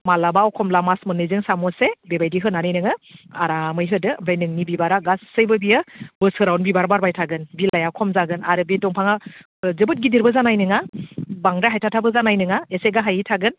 माब्लाबा एखनब्ला मास मोननैजों सामससे बेबायदि होनानै नोङो आरामै होदो बे नोंनि बिबारा गासैबो बियो बोसोरावनो बिबार बारबाय थागोन बिलाइआ खम जागोन आरो बे दंफाङा जोबोद गिदिरबो जानाय नङा बांद्राय हायथा थाबो जानाय नङा एस गाहायै थागोन